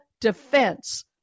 defense